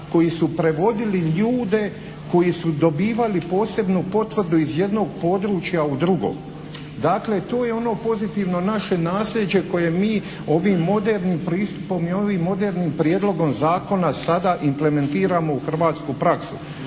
koji su prevodili ljude koji su dobivali posebnu potvrdu iz jednog područja u drugo. Dakle to je ono pozitivno naše nasljeđe koje mi ovim modernim pristupom i ovim modernim prijedlogom zakona sada implementiramo u hrvatsku praksu,